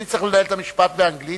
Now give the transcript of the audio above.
אני צריך לנהל את המשפט באנגלית.